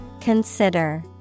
Consider